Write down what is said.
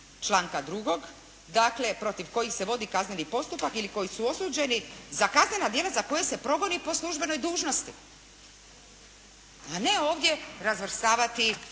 članka 2. dakle protiv kojih se vodi kazneni postupak ili koji su osuđeni za kaznena djela za koje se progoni po službenoj dužnosti, a ne ovdje razvrstavati